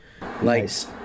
Nice